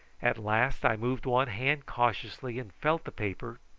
at last i moved one hand cautiously and felt the paper,